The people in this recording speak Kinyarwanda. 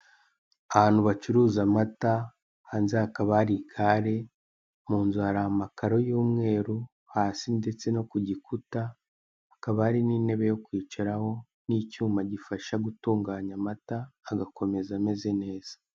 Ahantu bacuruza amata hanze hakaba hari ikare munzu hakari amakaro y'umweru hasi ndetse no ku gikuta, hakaba hari n'intebe yo kwicaraho n'icyuma gifasha gutumganya amata agakomeza ameze neza.